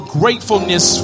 gratefulness